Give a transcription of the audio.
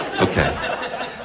Okay